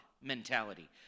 mentality